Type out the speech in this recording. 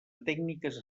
tècniques